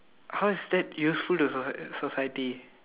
how is that useful the socie~ the society